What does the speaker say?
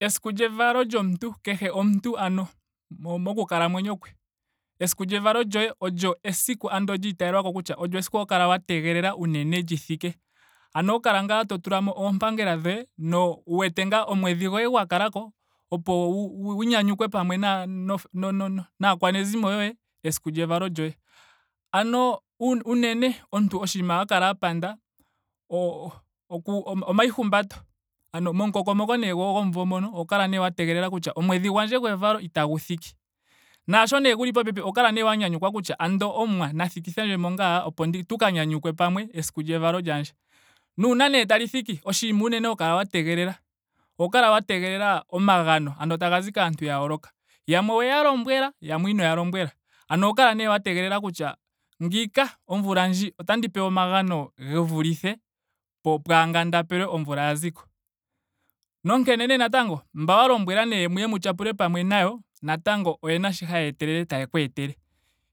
Esiku lyevako lyomuntu kehe omuntu ano moku kalamwenyo kwe. esiku lyevalo lyoye olyo esiku ando liitayelwako kutya olyo esiku ho kala wa tegelela unene li thike. ano ho kala ngaa to tulamo oompangela no- wu wete ngaa omwedhi goye gwa kalako. opo wu- wu nyanyukwe pamwe na- na- no- naakwanezimo yoye. esiku lyevalo lyoye. Ano unene omuntu oshinima ha kala a panda o- oku- omaihumbato. Ano momukokomoko nee gomumvo mono oho kala nee wa tegelela kutya omwedhi gwandje gwevalo itagu thiki. Naasho nee guli popepi oho kala nee wa nyanyukwa ando kutya omuwa na thikithendjemo ngaa opo tu ka nyanyukwe pamwe esiku lyevalo lyandje. Nuuna nee tali thiki. oshinima unene ho kala wa tegelela. oho kala wa tegelela omagano. ano tagazi kaantu ya yooloka. Yamwe oweya lombwela. yamwe inoya lombwela. Ano oho kala nee wa tegelela kutya ngiika omvula ndjika otandi pewa omagano ge vulithe po- pwaangu nda pelwe omvula ya ziko. Nonkee nee natango mba wa lombwela nee muye mu tyapule pamwe nayo natango oyena sho haya etelele taya ku etele.